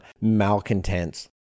malcontents